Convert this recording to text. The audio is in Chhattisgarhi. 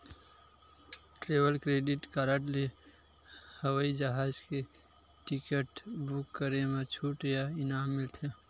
ट्रेवल क्रेडिट कारड ले हवई जहाज के टिकट बूक करे म छूट या इनाम मिलथे